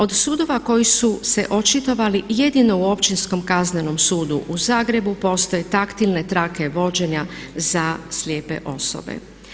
Od sudova koji su se očitovali jedino u Općinskom kaznenom sudu u Zagrebu postoje taktilne trake vođenja za slijepe osobe.